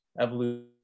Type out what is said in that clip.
evolution